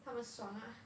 他们爽 ah